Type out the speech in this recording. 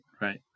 right